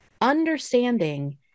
Understanding